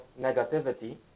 negativity